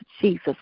Jesus